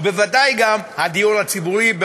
ובוודאי גם הדיור הציבורי,